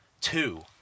two